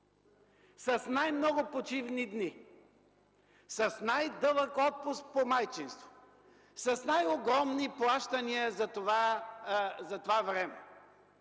с най-много почивни дни, с най-дълъг отпуск по майчинство, с най-огромни плащания за това време!